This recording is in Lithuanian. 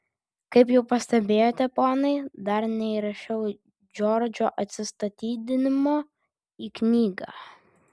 kaip jau pastebėjote ponai dar neįrašiau džordžo atsistatydinimo į knygą